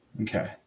Okay